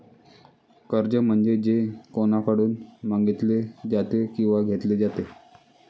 कर्ज म्हणजे जे कोणाकडून मागितले जाते किंवा घेतले जाते